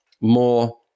more